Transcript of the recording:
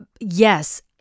Yes